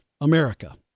America